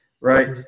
Right